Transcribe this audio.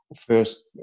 first